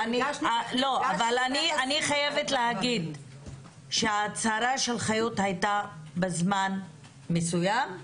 אני חייבת להגיד שההצהרה של חיות היתה בזמן מסוים,